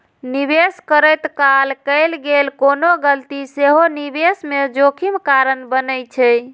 निवेश करैत काल कैल गेल कोनो गलती सेहो निवेश मे जोखिम कारण बनै छै